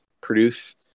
Produce